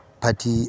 party